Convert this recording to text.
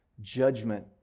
judgment